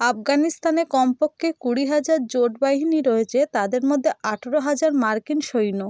আফগানিস্তানে কমপক্ষে কুড়ি হাজার জোট বাহিনী রয়েছে তাদের মধ্যে আঠেরো হাজার মার্কিন সৈন্য